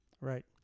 Right